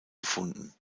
gefunden